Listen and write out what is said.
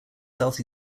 south